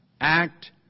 act